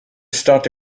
start